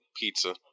pizza